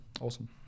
awesome